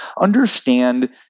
understand